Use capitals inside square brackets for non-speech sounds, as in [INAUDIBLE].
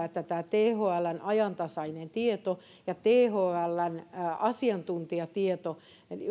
[UNINTELLIGIBLE] että tämä thln ajantasainen tieto ja thln asiantuntijatieto